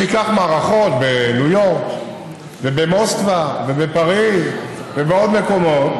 אם ניקח מערכות בניו יורק ובמוסקבה ובפריז ובעוד מקומות,